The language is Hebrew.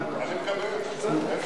אני מקבל את זה.